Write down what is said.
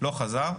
לא חזר.